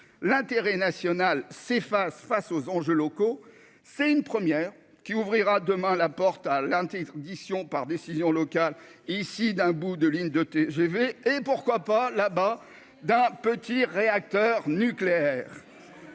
l'intérêt national s'face face aux enjeux locaux, c'est une première qui ouvrira demain à la porte à l'un titre édition par décision locale ici d'un bout de ligne de TGV et pourquoi. Pas là-bas, d'un petit réacteur nucléaire,